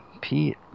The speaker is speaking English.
Pete